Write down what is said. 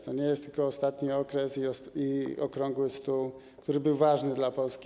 To nie jest tylko ostatni okres i okrągły stół, który był ważny dla Polski.